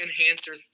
enhancer